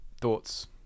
thoughts